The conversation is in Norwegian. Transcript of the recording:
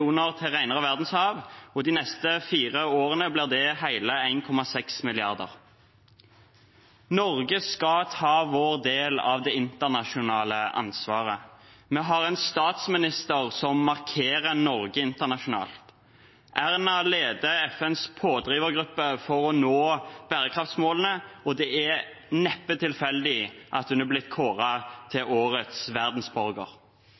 kr til renere verdenshav, og de neste fire årene blir det hele 1,6 mrd. kr. Norge skal ta sin del av det internasjonale ansvaret. Vi har en statsminister som gjør at Norge markerer seg internasjonalt. Erna Solberg leder FNs pådrivergruppe for å nå bærekraftsmålene, og det er neppe tilfeldig at hun er blitt